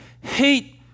Hate